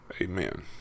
Amen